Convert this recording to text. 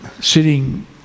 sitting